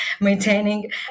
maintaining